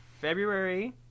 February